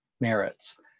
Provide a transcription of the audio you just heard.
merits